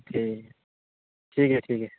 ٹھیک ٹھیک ہے ٹھیک ہے